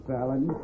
Fallon